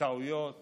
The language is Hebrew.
מטעויות